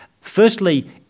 firstly